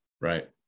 Right